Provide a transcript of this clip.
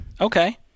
Okay